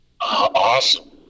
Awesome